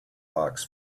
hawks